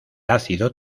ácido